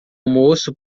almoço